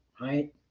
right